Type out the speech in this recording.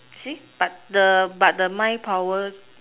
see but the but the mind power